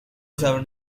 served